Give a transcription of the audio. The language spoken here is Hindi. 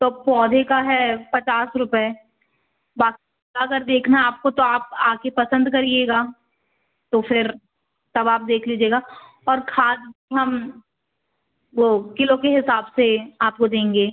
तो पौधे का है पचास रुपये बाक़ी अगर देखना आपको तो आप आ के पसंद करिएगा तो फिर तब आप देख लीजिएगा और खाद हम वो किलो के हिसाब से आपको देंगे